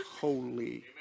holy